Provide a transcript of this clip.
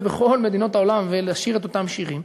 בכל מדינות העולם ולשיר את אותם שירים.